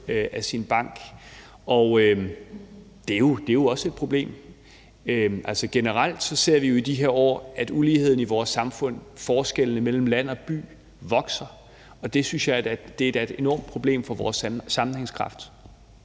af sin bank. Og det er jo også et problem. Altså, generelt ser vi jo i de her år, at uligheden i vores samfund, forskellene mellem land og by vokser, og det synes jeg da er et enormt problem for vores sammenhængskraft.